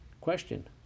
Question